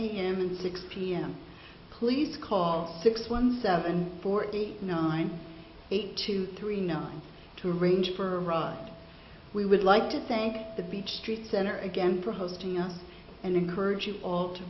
a m and six pm please call six one seven forty nine eight two three nine to arrange for a ride we would like to thank the beach street center again for hosting us and encourage you all to